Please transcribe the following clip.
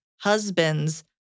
husband's